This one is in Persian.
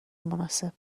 مناسب